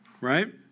Right